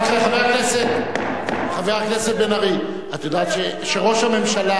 את יודעת שראש הממשלה